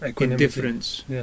indifference